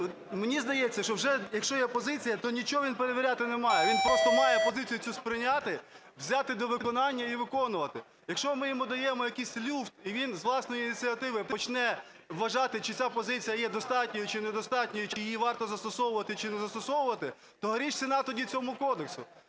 Мені здається, що вже якщо є позиція, то нічого він перевіряти не має, він просто має позицію цю сприйняти, взяти до виконання і виконувати. Якщо ми йому даємо якийсь люфт, і він з власної ініціативи почне вважати, чи ця позиція є достатньою чи недостатньою, чи її варто застосовувати, чи не застосовувати, то гріш ціна цьому кодексу.